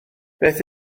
beth